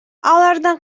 алардан